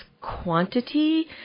quantity